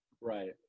Right